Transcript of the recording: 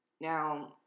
Now